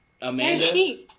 Amanda